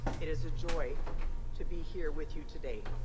it is a joy to be here with you today